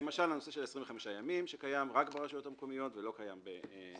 למשל הנושא של 25 ימים שקיים רק ברשויות המקומיות ולא קיים במדינה.